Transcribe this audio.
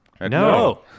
No